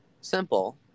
Simple